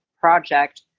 project